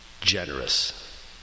Generous